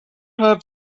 have